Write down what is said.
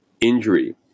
injury